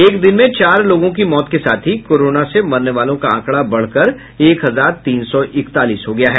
एक दिन में चार लोगों की मौत के साथ ही कोरोना से मरने वालों का आंकड़ा बढ़कर एक हजार तीन सौ इकतालीस हो गया है